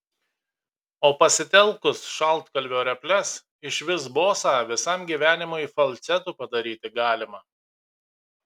o pasitelkus šaltkalvio reples išvis bosą visam gyvenimui falcetu padaryti galima